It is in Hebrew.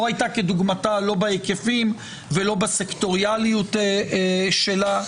לא הייתה כדוגמתה לא בהיקפים ולא בסקטוריאליות שלה.